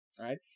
Right